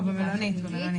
במלונית.